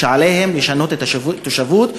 עליהם לשנות את התושבות,